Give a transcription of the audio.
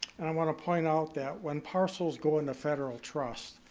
and i want to point out that when parcels go into federal trust,